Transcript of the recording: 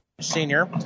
senior